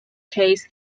case